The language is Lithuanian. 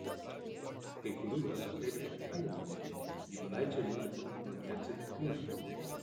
kai kurių ezoterikų manymu giminaičiai mums pakliūna ne atsitiktinai